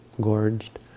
gorged